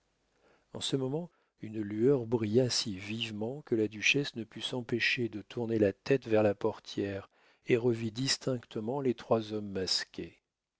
en ce moment une lueur brilla si vivement que la duchesse ne put s'empêcher de tourner la tête vers la portière et revit distinctement les trois hommes masqués